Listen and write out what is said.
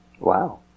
Wow